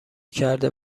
کرده